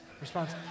response